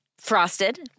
frosted